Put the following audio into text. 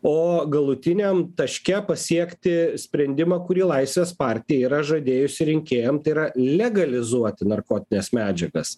o galutiniam taške pasiekti sprendimą kurį laisvės partija yra žadėjusi rinkėjam tai yra legalizuoti narkotines medžiagas